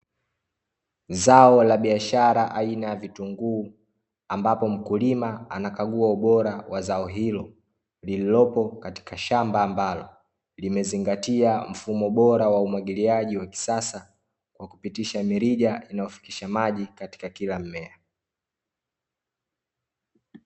Zao la biashara aina ya vitunguu ambapo mkulima anakagua ubora wa zao hilo lililopo katika shamba ambalo limezingatia mfumo bora wa umwagiliaji wa kisasa wa kupitisha mirija inayofikisha maji katika kila mmea.